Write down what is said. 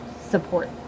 support